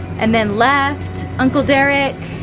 and them left, uncle derek.